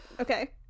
okay